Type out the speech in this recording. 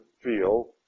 feel